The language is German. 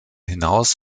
hinaus